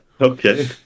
Okay